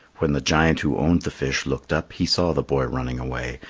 when the giant who owned the fish looked up, he saw the boy running away,